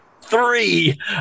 three